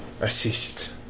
assist